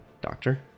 doctor